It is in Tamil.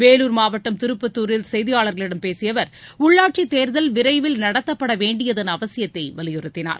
வேலூர் மாவட்டம் திருப்பத்தூரில் செய்தியாளர்களிடம் பேசிய அவர் உள்ளாட்சி தேர்தல் விரைவில் நடத்தப்படவேண்டியதன் அவசியத்தை வலியுறுத்தினார்